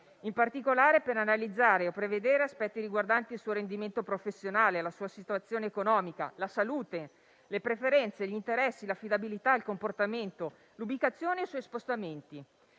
in particolare per analizzare o prevedere aspetti riguardanti il rendimento professionale, la situazione economica, la salute, le preferenze, gli interessi, l'affidabilità, il comportamento, l'ubicazione e gli spostamenti.